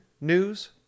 news